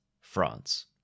France